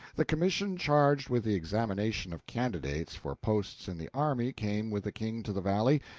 the commission charged with the examination of candidates for posts in the army came with the king to the valley,